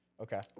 Okay